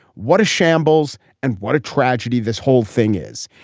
what a shambles and what a tragedy this whole thing is.